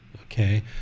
okay